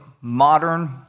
modern